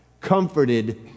comforted